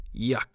Yuck